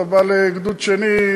אתה בא לגדוד שני,